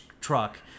truck